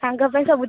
ସାଙ୍ଗ ପାଇଁ ସବୁ ଚଳିବ